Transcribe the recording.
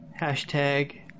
Hashtag